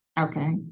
Okay